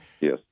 Yes